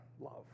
love